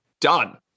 done